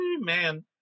man